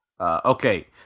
Okay